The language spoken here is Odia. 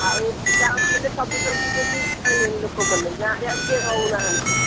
ଆଉ ଏତେ ଦାମ ହେଲେ ସବୁ ଲୋକ ଗଲେ ଆଉ ଗାଁରେ କିଏ ରହୁନାହାନ୍ତି